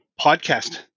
podcast